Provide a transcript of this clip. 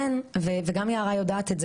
גם יערה יודעת את זה,